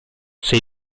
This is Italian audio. sei